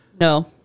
No